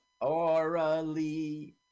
Orally